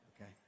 Okay